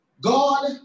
God